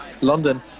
London